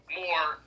more